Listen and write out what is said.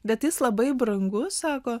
bet jis labai brangus sako